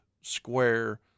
square